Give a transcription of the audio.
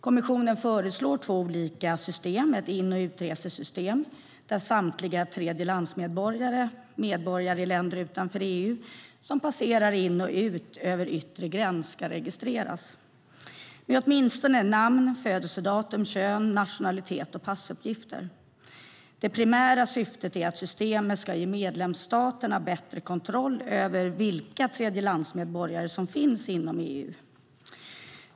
Kommissionen föreslår två olika system, ett in och utresesystem där samtliga tredjelandsmedborgare, medborgare i länder utanför EU, som passerar in och ut över yttre gräns ska registreras med åtminstone namn, födelsedatum, kön, nationalitet och passuppgifter. Det primära syftet är att systemet ska ge medlemsstaterna bättre kontroll över vilka tredjelandsmedborgare som finns inom EU.